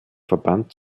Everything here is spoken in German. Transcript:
verband